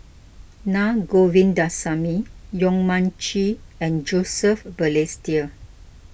Na Govindasamy Yong Mun Chee and Joseph Balestier